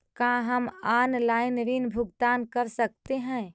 का हम आनलाइन ऋण भुगतान कर सकते हैं?